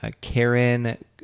Karen